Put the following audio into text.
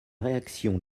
réaction